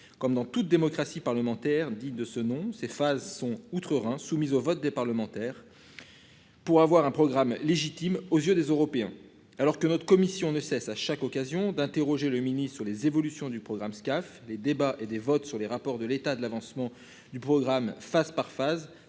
comme dans toute démocratie parlementaire digne de ce nom ces phases sont outre-Rhin soumise au vote des parlementaires. Pour avoir un programme légitime aux yeux des Européens alors que notre commission ne cesse, à chaque occasion d'interroger le mini sur les évolutions du programme Scaf des débats et des votes sur les rapports de l'état de l'avancement du programme phase par phase